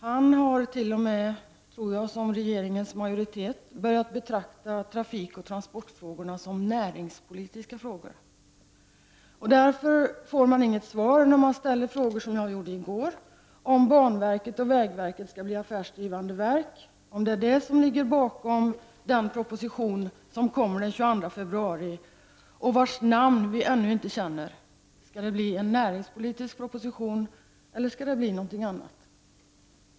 Han har t.o.m. , tror jag, liksom regeringens majoritet börjat betrakta trafikoch transportfrågorna som näringspolitiska frågor. Därför får man inget svar när man ställer frågor av den typ som jag ställde i går, om huruvida banverket och vägverket skall bli affärsdrivande verk och om det är detta som ligger bakom den proposition som kommer den 22 februari, vars namn vi ännu inte känner. Skall det bli en näringspolitisk proposition eller skall det bli någonting annat?